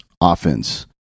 offense